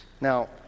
Now